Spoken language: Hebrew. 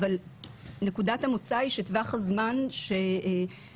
נקודת המוצא היא שטווח הזמן שחברת